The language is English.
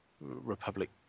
Republic